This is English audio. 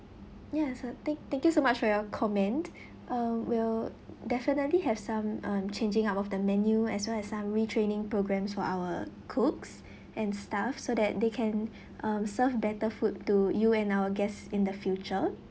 ya sir thank thank you so much for your comment uh we'll definitely have some um changing out of the menu as well as some retraining programmes for our cooks and staff so that they can um serve better food to you and our guests in the future